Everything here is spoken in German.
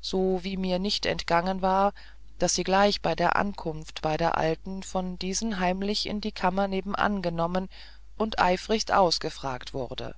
so wie mir nicht entgangen war daß sie gleich bei der ankunft beider alten von diesen heimlich in die kammer nebenan genommen und eifrigst ausgefragt wurde